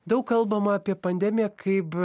daug kalbama apie pandemiją kaip